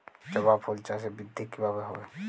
জবা ফুল চাষে বৃদ্ধি কিভাবে হবে?